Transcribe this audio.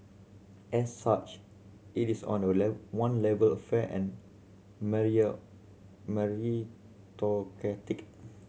as such it is on a one level fair and meritocratic